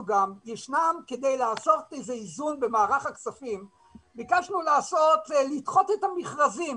כדי לעשות איזה איזון במערך הכספים אנחנו ביקשנו גם לדחות את המכרזים.